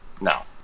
no